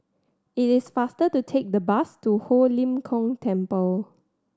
it is faster to take the bus to Ho Lim Kong Temple